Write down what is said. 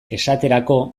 esaterako